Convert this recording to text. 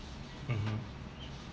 mmhmm